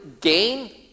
gain